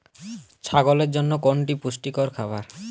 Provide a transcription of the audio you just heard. ছাগলের জন্য কোনটি পুষ্টিকর খাবার?